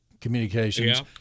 communications—